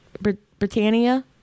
Britannia